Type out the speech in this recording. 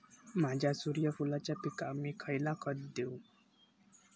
माझ्या सूर्यफुलाच्या पिकाक मी खयला खत देवू?